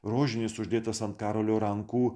rožinis uždėtas ant karolio rankų